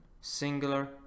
singular